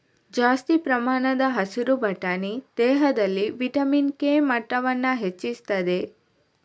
ಜಾಸ್ತಿ ಪ್ರಮಾಣದ ಹಸಿರು ಬಟಾಣಿ ದೇಹದಲ್ಲಿ ವಿಟಮಿನ್ ಕೆ ಮಟ್ಟವನ್ನ ಹೆಚ್ಚಿಸ್ತದೆ